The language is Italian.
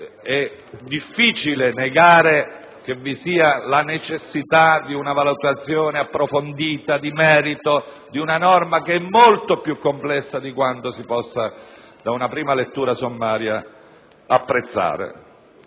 è difficile negare che vi sia la necessità di una valutazione approfondita, di merito di una norma che è molto più complessa di quanto si possa apprezzare da una prima lettura sommaria. Basta